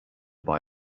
boy